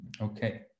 Okay